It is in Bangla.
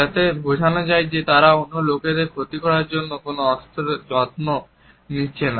যাতে বোঝানো যায় যে তারা অন্য লোকেদের ক্ষতি করার জন্য কোনও অস্ত্রের যত্ন নিচ্ছে না